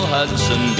Hudson